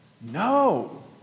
No